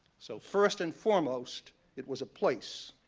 so first and foremost, it was a place.